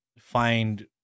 find